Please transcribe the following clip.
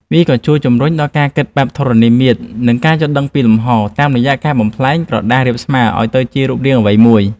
វាក៏ជួយជម្រុញដល់ការគិតបែបធរណីមាត្រ និងការយល់ដឹងអំពីលំហ តាមរយៈការបំប្លែងក្រដាសរាបស្មើឱ្យទៅជារូបរាងអ្វីមួយ។